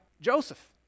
Joseph